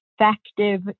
effective